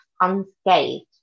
unscathed